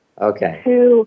Okay